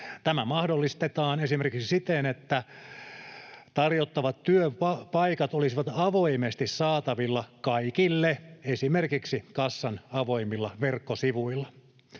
Tämä mahdollistetaan esimerkiksi siten, että tarjottavat työpaikat olisivat avoimesti saatavilla kaikille esimerkiksi kassan avoimilla verkkosivuilla.